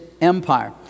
empire